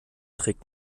trägt